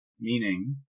meaning